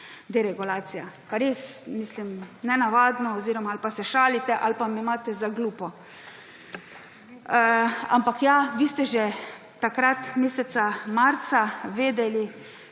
deregulacija. Res, mislim, nenavadno; ali pa se šalite ali pa me imate za glupo. Ampak ja, vi ste že takrat meseca marca vedeli,